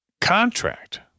contract